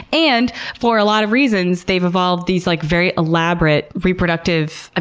and for a lot of reasons, they've evolved these like very elaborate reproductive, and